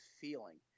feeling